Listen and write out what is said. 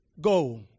Go